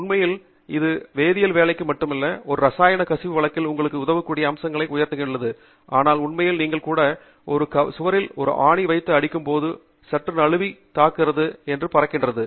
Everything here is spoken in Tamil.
உண்மையில் இது வேதியியல் வேலைக்கு மட்டுமல்ல ஒரு ரசாயன கசிவு வழக்கில் உங்களுக்கு உதவக்கூடிய அம்சங்களை உயர்த்தியுள்ளது ஆனால் உண்மையில் நீங்கள் கூட ஒரு சுவரில் ஒரு ஆணி வைத்து அடிக்கும் போது நழுவு சீட்டுகள் தாக்குகிறது மற்றும் அது பறக்கிறது